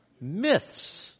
Myths